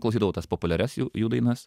klausydavau tas populiarias jų jų dainas